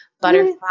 butterfly